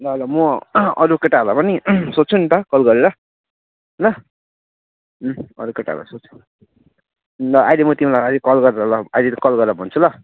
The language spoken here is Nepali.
ल ल म अरू केटाहरूलाई पनि सोध्छु नि त कल गरेर ल उम् अरू केटाहरूलाई सोध्छु ल अहिले म तिमीलाई अहिले कल गरेर ल अहिले कल गरेर भन्छु ल